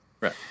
Right